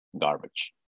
garbage